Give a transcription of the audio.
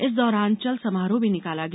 इस दौरान चल समारोह भी निकाला गया